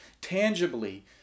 tangibly